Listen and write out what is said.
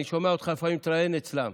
אני שומע אותך לפעמים מתראיין בהן.